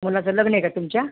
मुलाचं लग्न आहे का तुमच्या